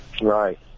Right